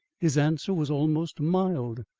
his answer was almost mild,